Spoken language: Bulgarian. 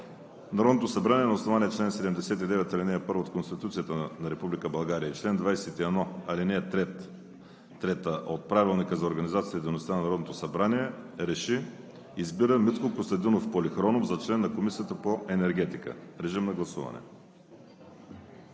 Народното събрание на основание чл. 79, ал. 1 от Конституцията на Република България и чл. 21, ал. 3 от Правилника за организацията и дейността на Народното събрание РЕШИ: Избира Митко Костадинов Полихронов за член на Комисията по енергетика.“ Режим на гласуване.